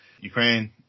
Ukraine